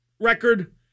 record